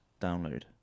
download